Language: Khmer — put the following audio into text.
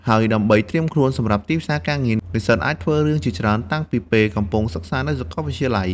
ហើយដើម្បីត្រៀមខ្លួនសម្រាប់ទីផ្សារការងារ និស្សិតអាចធ្វើរឿងជាច្រើនតាំងពីពេលកំពុងសិក្សានៅសាកលវិទ្យាល័យ។